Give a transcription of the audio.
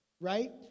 right